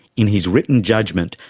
in his written judgment,